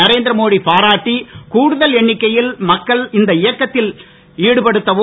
நரேந்திர மோடி பாராட்டி கூடுதல் எண்ணிக்கையில் மக்களை இந்த இயக்கத்தில் ஈடுபடுத்தவும்